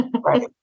Right